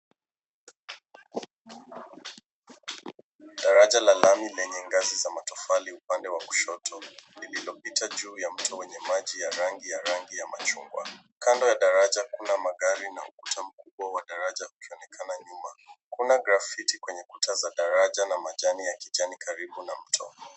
Daraja la lami lenye gazi za matofali upande wa mkono wa kushoto. Lililopita juu ya mto wenye maji ya rangi ya machungwa. Kando ya daraja kuna magari na ukuta mkubwa wa daraja ukionekana nyuma. Kuna grafiti kwenye kuta za daraja na majani ya kijani karibu na mto.